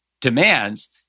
demands